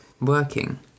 Working